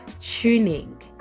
tuning